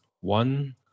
one